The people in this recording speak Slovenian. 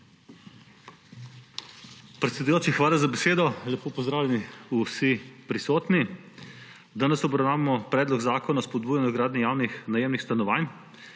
Predsedujoči, hvala za besedo. Lepo pozdravljeni vsi prisotni! Danes obravnavamo Predlog zakona o spodbujanju gradnje javnih najemnih stanovanj.